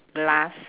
glass